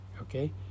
okay